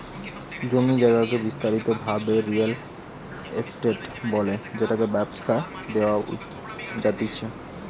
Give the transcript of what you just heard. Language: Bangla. জমি জায়গাকে বিস্তারিত ভাবে রিয়েল এস্টেট বলে যেটা ব্যবসায় দেওয়া জাতিচে